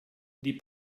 die